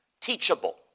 teachable